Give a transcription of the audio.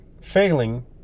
failing